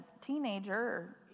teenager